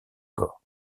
corps